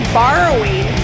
borrowing